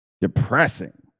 depressing